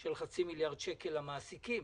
של חצי מיליארד שקל למעסיקים,